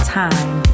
time